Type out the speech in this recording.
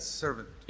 servant